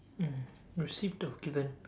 mm received or given